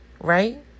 Right